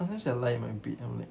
sometimes I like my bed I'm like